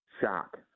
shock